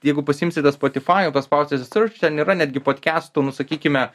jeigu pasiimsi tą spotifajų paspausi surč ten yra netgi podkestų nu sakykime